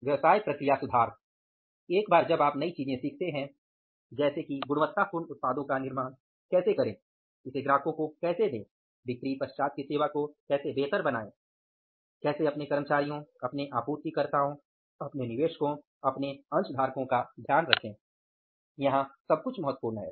व्यवसाय प्रक्रिया सुधार एक बार जब आप नई चीजें सीखते हैं जैसे कि गुणवत्तापूर्ण उत्पादों का निर्माण कैसे करें इसे ग्राहकों को कैसे दें बिक्री बाद की सेवा को कैसे बेहतर बनाएं कैसे अपने कर्मचारियों अपने आपूर्तिकर्ताओं अपने निवेशकों अपने अंशधारकों का ध्यान रखें यहां सब कुछ महत्वपूर्ण है